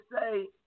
say